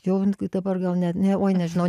jau dabar gal net ne uoi nežinau